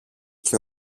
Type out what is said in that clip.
και